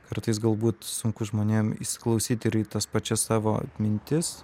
kartais galbūt sunku žmonėm įsiklausyt ir į tas pačias savo mintis